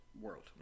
world